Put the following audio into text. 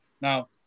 Now